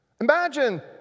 imagine